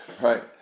Right